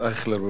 בבקשה,